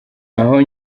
naho